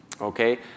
Okay